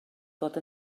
fod